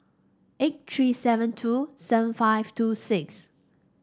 eight three seven two seven five two six